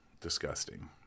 Disgusting